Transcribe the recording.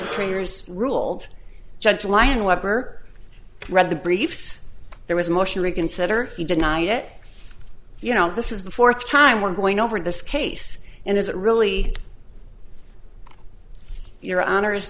creators ruled judge lyon webber read the briefs there was a motion reconsider he denied it you know this is the fourth time we're going over this case and is it really your